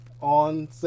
on